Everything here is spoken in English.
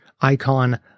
icon